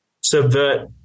subvert